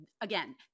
again